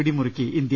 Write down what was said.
പിടിമുറുക്കി India